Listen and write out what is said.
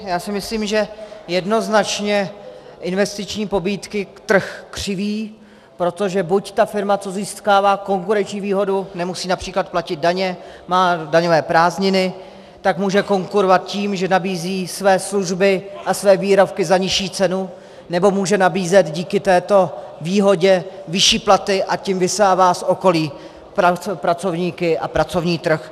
Já si myslím, že jednoznačně investiční pobídky trh křiví, protože buď ta firma, co získává konkurenční výhodu, nemusí například platit daně, má daňové prázdniny, tak může konkurovat tím, že nabízí své služby a své výrobky za nižší cenu, nebo může nabízet díky této výhodě vyšší platy, a tím vysává z okolí pracovníky a pracovní trh.